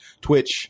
Twitch